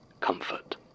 Comfort